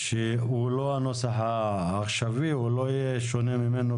הוא לא הנוסח העכשווי, אבל